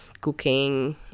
cooking